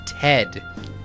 Ted